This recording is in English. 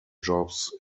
jobs